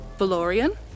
Valorian